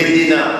אני לא תורן, שתדע.